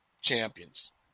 champions